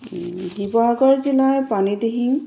শিৱসাগৰ জিলাৰ পানীদিহিং